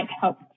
help